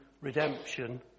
redemption